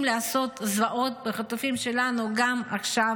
לעשות זוועות בחטופים שלנו גם עכשיו,